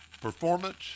Performance